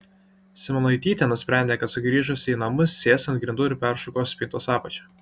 simonaitytė nusprendė kad sugrįžusi į namus sės ant grindų ir peršukuos spintos apačią